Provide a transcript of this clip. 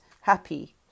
happy